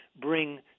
bring